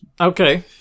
Okay